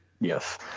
Yes